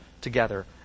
together